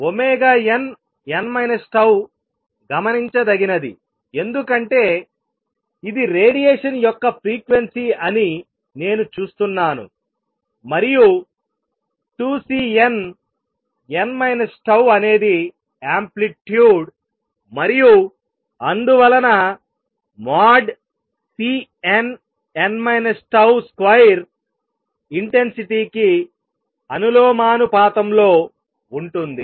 nn τ గమనించదగినది ఎందుకంటే ఇది రేడియేషన్ యొక్క ఫ్రీక్వెన్సీ అని నేను చూస్తున్నాను మరియు 2Cnn τ అనేది యాంప్లిట్యూడ్ మరియు అందువలన Cnn τ2 ఇంటెన్సిటీ కి అనులోమానుపాతంలో ఉంటుంది